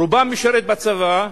רובם משרתים בצבא,